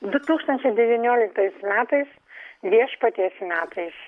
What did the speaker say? du tūkstančiai devynioliktais metais viešpaties metais